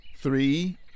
Three